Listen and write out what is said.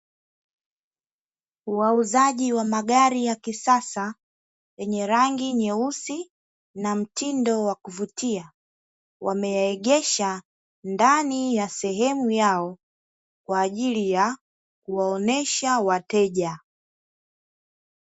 Wauzaji wa magari ya kisasa yenye rangi nyeusi na mtindo wa kuvutia, wameyaegesha ndani ya sehemu yao kwa ajili ya kuwaonyesha wateja.